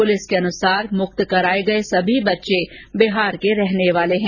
police के अनुसार मुक्त कराए गए सभी बच्चे बिहार के रहने वाले हैं